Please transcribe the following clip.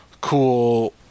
cool